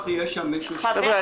חבר'ה,